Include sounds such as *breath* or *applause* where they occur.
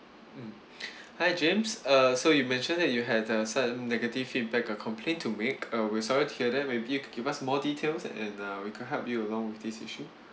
mm *breath* hi james uh so you mentioned that you had a certain negative feedback a complaint to make uh we're sorry to hear that maybe you could give us more details and uh we could help you along with this issue